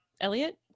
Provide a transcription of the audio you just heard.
Elliot